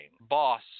boss